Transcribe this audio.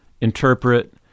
interpret